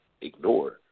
ignore